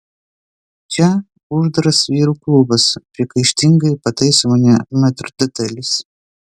čia uždaras vyrų klubas priekaištingai pataiso mane metrdotelis